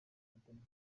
kaguta